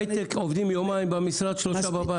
אנשי ההייטק עובדים יומיים במשרד ושלושה ימים מהבית.